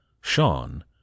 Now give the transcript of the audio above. Sean